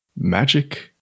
magic